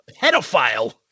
pedophile